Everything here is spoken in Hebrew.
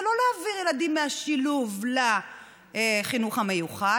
לא להעביר ילדים מהשילוב לחינוך המיוחד,